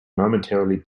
momentarily